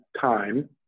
time